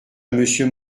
monsieur